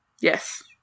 Yes